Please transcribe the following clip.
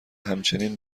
همچنین